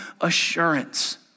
assurance